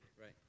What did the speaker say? Right